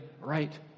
right